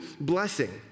blessing